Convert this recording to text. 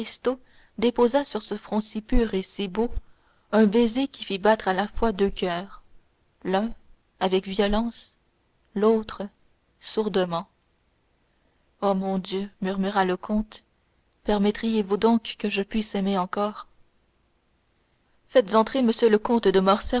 déposa sur ce front si pur et si beau un baiser qui fit battre à la fois deux coeurs l'un avec violence l'autre sourdement oh mon dieu murmura le comte permettriez vous donc que je puisse aimer encore faites entrer m le comte de